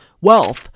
wealth